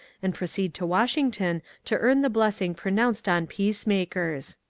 and proceed to washington to earn the blessing pronounced on peace makers.